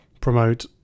promote